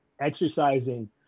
exercising